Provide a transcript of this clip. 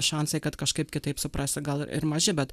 šansai kad kažkaip kitaip suprasi gal ir maži bet